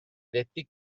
detti